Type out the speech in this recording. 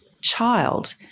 child